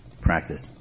practice